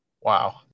wow